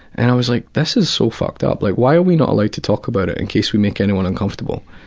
and i was like, this is so fucked up. like why are we not allowed to talk about it, in case we make anyone uncomfortable?